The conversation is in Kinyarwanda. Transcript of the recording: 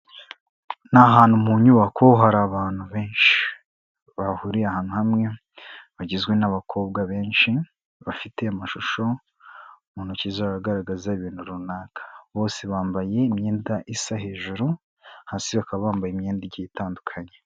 Ni ahantu mu nyubako hari abantu benshi bahuriye ahantu hamwe bagizwe n'abakobwa benshi bafite amashusho mu ntoki agaragaza ibintu runaka, bose bambaye imyenda isa hejuru hasi bakaba bambaye imyenda igiye itandukanye.